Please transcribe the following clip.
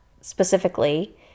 specifically